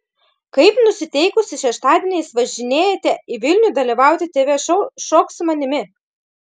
kaip nusiteikusi šeštadieniais važinėjate į vilnių dalyvauti tv šou šok su manimi